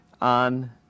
on